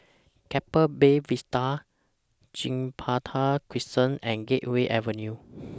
Keppel Bay Vista Gibraltar Crescent and Gateway Avenue